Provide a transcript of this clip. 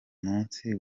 munsi